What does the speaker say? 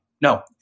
No